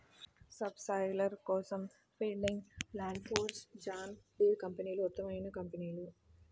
sub soiler కోసం Fieldking, Landforce, John Deere కంపెనీలు ఉత్తమమైన కంపెనీలు